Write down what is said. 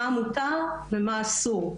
מה מותר ומה אסור.